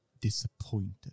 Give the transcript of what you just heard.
disappointed